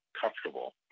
comfortable